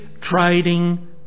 trading